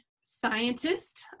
scientist